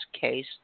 case